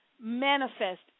manifest